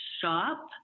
Shop